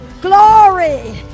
glory